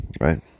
right